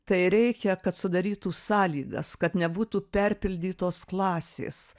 tai reikia kad sudarytų sąlygas kad nebūtų perpildytos klasės